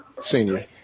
Senior